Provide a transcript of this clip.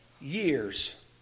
years